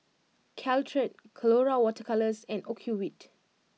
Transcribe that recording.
Caltrate Colora Water Colours and Ocuvite